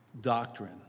doctrine